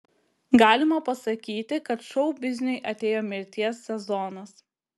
galima pasakyti kad šou bizniui atėjo mirties sezonas